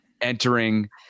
entering